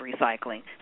recycling